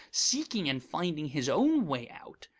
seeking and finding his own way out,